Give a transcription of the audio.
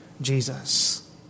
Jesus